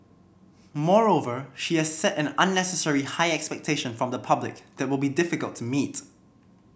moreover she has set an unnecessary high expectation from the public that would be difficult to meet